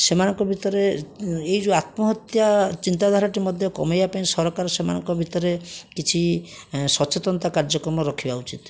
ସେମାନଙ୍କ ଭିତରେ ଏହି ଯେଉଁ ଆତ୍ମହତ୍ୟା ଚିନ୍ତାଧାରାଟି ମଧ୍ୟ କମାଇବା ପାଇଁ ସରକାର ସେମାନଙ୍କ ଭିତରେ କିଛି ସଚେତନତା କାର୍ଯ୍ୟକ୍ରମ ରଖିବା ଉଚିତ